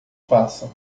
passam